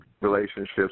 relationships